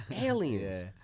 Aliens